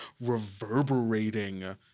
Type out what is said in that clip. reverberating